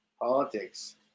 politics